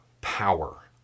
power